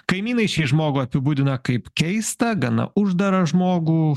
kaimynai šį žmogų apibūdina kaip keistą gana uždarą žmogų